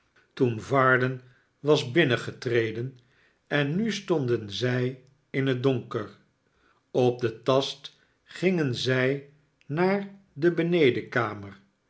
toen varden was binnengetreden en nu stonden zij in het donkerop den tast gingen zij naar de